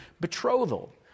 betrothal